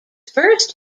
first